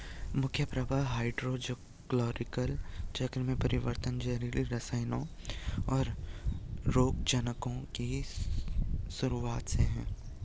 मुख्य प्रभाव हाइड्रोलॉजिकल चक्र में परिवर्तन, जहरीले रसायनों, और रोगजनकों की शुरूआत हैं